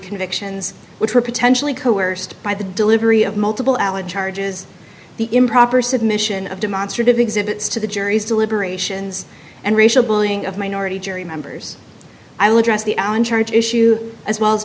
convictions which were potentially coerced by the delivery of multiple alledged charges the improper submission of demonstrative exhibits to the jury's deliberations and racial bullying of minority jury members i'll address the allen charge issue as well as